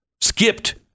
skipped